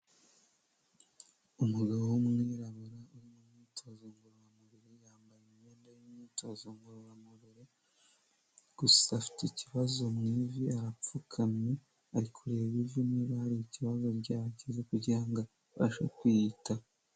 Umugabo w'umwirabura uri mu myitozo ngororamubiri yambaye imyenda y'imyitozo ngororamubiri, gusa afite ikibazo mu ivi arapfukamye ari kureba ivi niba hari ikibazo ryagize, kugira ngo abashe kwiyitaho.